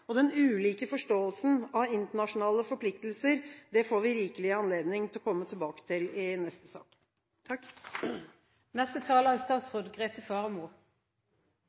saken. Den er som sagt enstemmig. Den ulike forståelsen av internasjonale forpliktelser får vi rikelig anledning til å komme tilbake til i neste sak.